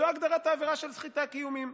זו הגדרת העבירה של סחיטה באיומים.